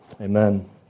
amen